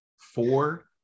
four